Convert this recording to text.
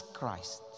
Christ